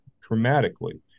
dramatically